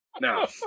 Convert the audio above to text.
Now